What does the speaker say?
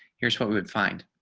here's what we would find